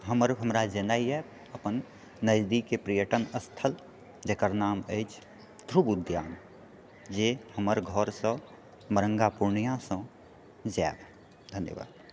हमर हमरा जेनाइ यऽ अपन नजदीकके पर्यटन स्थल जकर नाम अछि ध्रुव उद्यान जे हमर घरसँ मरङ्गा पुर्णियासँ जायब धन्यबाद